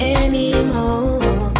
anymore